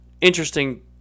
interesting